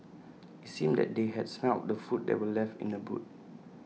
IT seemed that they had smelt the food that were left in the boot